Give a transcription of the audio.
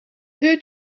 who